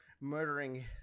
murdering